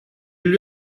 lui